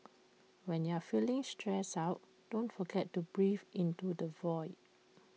when you are feeling stressed out don't forget to breathe into the void